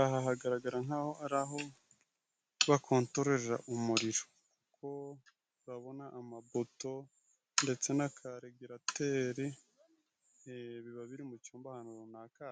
Aha hagaragara nk'aho ari aho bakontororera umuriro. Kuko urabona amapoto ndetse na karegirateri biba biri mu cumba ahantu runaka.